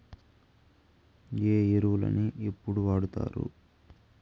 ఏ ఎరువులని ఎప్పుడు వాడుతారు?